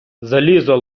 залізо